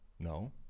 no